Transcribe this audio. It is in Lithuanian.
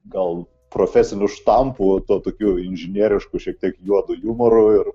gal profesiniu štampu tuo tokiu inžinierišku šiek tiek juodu jumoru ir